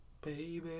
Baby